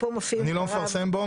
אני לא מפרסם בו.